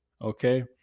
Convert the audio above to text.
Okay